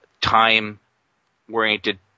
time-oriented